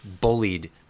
bullied